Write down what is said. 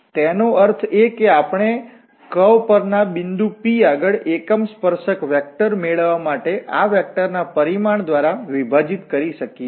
તેથી તેનો અર્થ એ કે આપણે કર્વ વળાંક પર ના બિંદુ P આગળ એકમ સ્પર્શક વેક્ટર મેળવવા માટે આ વેક્ટરના પરિમાણ દ્વારા વિભાજીત કરી શકીએ છીએ